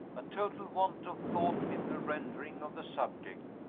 a total want of thought in the rendering of the subject,